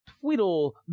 twiddle